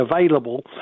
available